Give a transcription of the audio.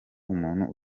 umuntu